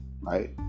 right